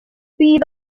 bydd